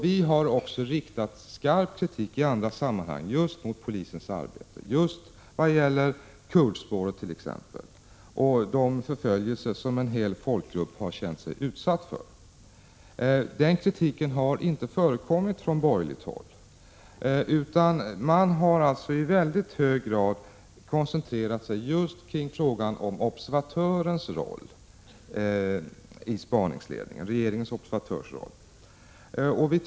Vi har också i andra sammanhang framfört stark kritik mot polisens arbete, t.ex. i fråga om kurdspåret och de förföljelser som en hel folkgrupp har känt sig utsatt för. Någon sådan kritik har inte framförts från borgerligt håll, utan man har i hög grad koncentrerat sig på frågan om den roll som regeringens observatör haft i spaningsledningen.